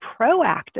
proactive